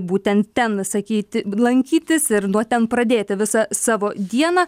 būtent ten sakyti lankytis ir nuo ten pradėti visą savo dieną